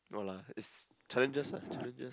no lah it's challenges lah challenges